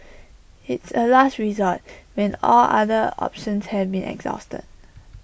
it's A last resort when all other options have been exhausted